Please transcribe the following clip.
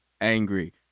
angry